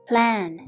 Plan